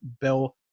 Bill